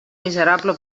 miserable